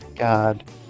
God